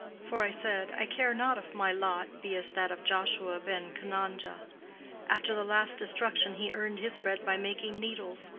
for i said, i care not if my lot be as that of joshua ben chananja after the last destruction he earned his bread by making needles,